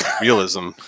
realism